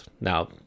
now